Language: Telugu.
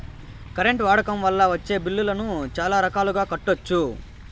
కరెంట్ వాడకం వల్ల వచ్చే బిల్లులను చాలా రకాలుగా కట్టొచ్చు